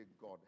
God